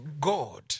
god